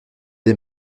des